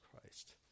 Christ